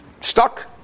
stuck